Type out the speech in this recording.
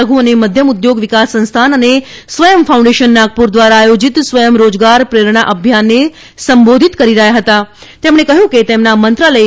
લધુ અને મધ્યમ ઉદ્યોગ વિકાસ સંસ્થાન અને સ્વયં ફાઉન્ઠેશન નાગપુર દ્વારા આયોજીત સ્વયં રોજગાર પ્રેરણા અભિયાનને સંબોધીત કરી રહ્યા હતાતેમણે કહ્યું કે તેમના મંત્રાલયે